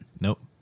Nope